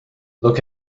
look